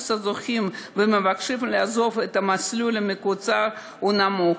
אחוז הזוכים המבקשים לעזוב את המסלול המקוצר הוא נמוך,